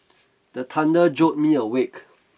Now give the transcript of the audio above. the thunder jolt me awake